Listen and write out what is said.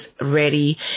ready